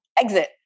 exit